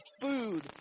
food